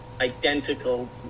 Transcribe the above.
identical